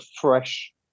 fresh